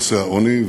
נושא העוני,